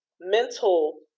mental